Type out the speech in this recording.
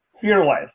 fearless